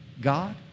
God